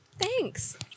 Thanks